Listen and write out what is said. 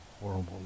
Horrible